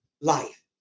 life